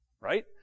Right